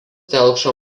telkšo